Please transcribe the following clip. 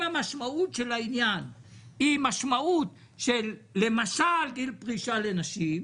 אם המשמעות של העניין היא למשל גיל פרישה לנשים,